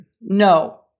No